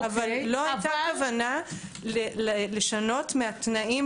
אבל לא הייתה כוונה לשנות מהתנאים